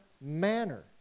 manner